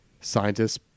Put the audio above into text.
scientists